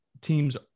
teams